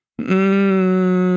Mmm